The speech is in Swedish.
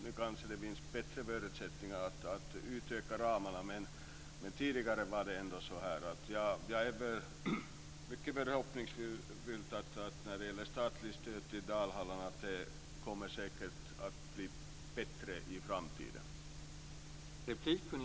Nu kanske det finns bättre förutsättningar att utöka ramarna. Jag är mycket förhoppningsfull när det gäller att det statliga stödet till Dalhalla kommer att bli bättre i framtiden.